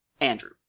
Andrew